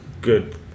good